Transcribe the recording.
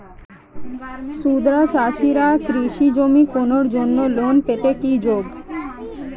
ক্ষুদ্র চাষিরা কৃষিজমি কেনার জন্য লোন পেতে কি যোগ্য?